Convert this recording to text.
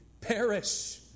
Perish